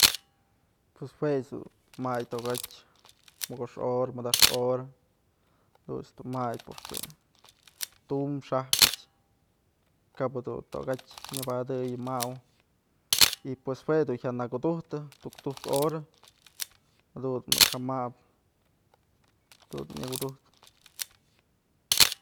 Pues juech dun may tokatyë mokoxkë hora, madax hora jadun dun may porque tum xajpëch kabë tokatyë nyëbadëy mau y pues jue dun jya nakutujtë tuktuk hora jadunt's nëkë jë mabë jadun du nyakutujtë.